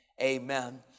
amen